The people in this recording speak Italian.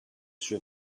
sue